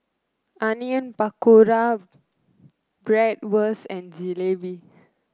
Onion Pakora Bratwurst and Jalebi